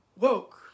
woke